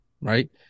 Right